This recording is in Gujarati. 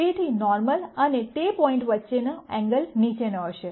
તેથી નોર્મલ અને તે પોઇન્ટ વચ્ચેનો એંગલ નીચેનો હશે